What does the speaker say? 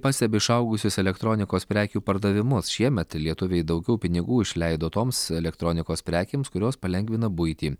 pastebi išaugusius elektronikos prekių pardavimus šiemet lietuviai daugiau pinigų išleido toms elektronikos prekėms kurios palengvina buitį